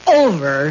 over